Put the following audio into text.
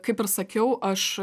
kaip ir sakiau aš